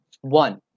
One